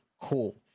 Cool